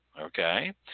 Okay